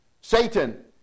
Satan